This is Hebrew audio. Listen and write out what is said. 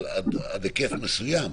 עד היקף מסוים,